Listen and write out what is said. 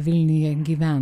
vilniuje gyvent